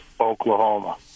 Oklahoma